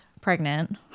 pregnant